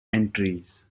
entries